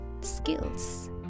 skills